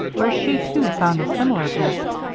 where she too found a similar gift.